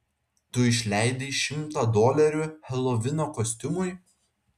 tu išleidai šimtą dolerių helovino kostiumui